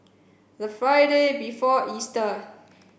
the Friday before Easter